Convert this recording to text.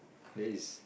there is